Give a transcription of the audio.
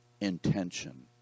intention